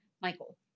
Michael